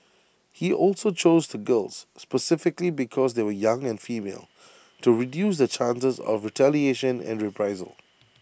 he also chose the girls specifically because they were young and female to reduce the chances of retaliation and reprisal